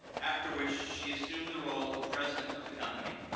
after which she assumed the role of president of the company.